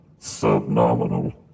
Subnominal